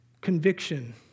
conviction